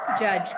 judge